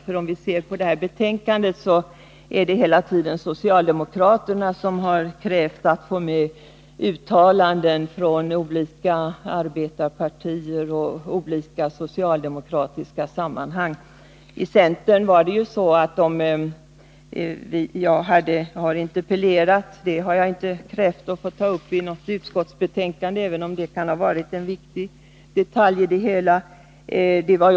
Ser vi på betänkandet finner vi att det hela tiden är socialdemokraterna som har krävt att få med uttalanden från olika arbetarpartier och olika socialdemokratiska sammanhang. Från centerns sida har jag interpellerat, men jag har inte krävt att få det omnämnt i utskottsbetänkandet, även om det kan ha varit en viktig detalj i det hela.